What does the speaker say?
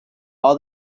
all